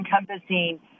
encompassing